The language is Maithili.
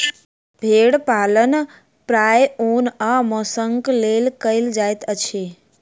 भेड़ पालन प्रायः ऊन आ मौंसक लेल कयल जाइत अछि